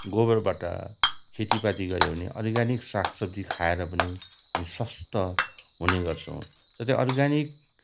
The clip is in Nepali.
गोबरबाट खेतीपाती गर्यो भने अर्ग्यानिक सागसब्जी खाएर पनि हामी स्वस्थ हुने गर्छौँ जस्तै अर्ग्यानिक